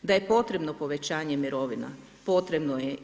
Da je potrebno povećanje mirovina, potrebno je.